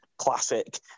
classic